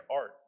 art